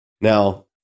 Now